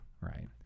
right